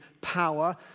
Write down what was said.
power